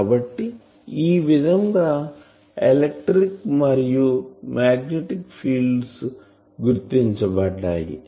కాబట్టి ఈ విధంగా ఎలక్ట్రిక్ మరియు మాగ్నెటిక్ ఫీల్డ్స్ గుర్తించబడ్డాయి